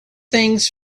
things